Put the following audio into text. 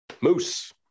Moose